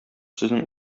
сезнең